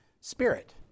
Spirit